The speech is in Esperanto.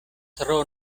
tro